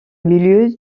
milieu